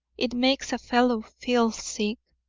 it makes a fellow feel sick.